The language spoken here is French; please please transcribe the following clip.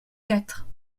quatre